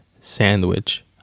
sandwich